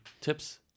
tips